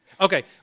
Okay